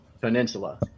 peninsula